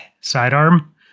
sidearm